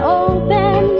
open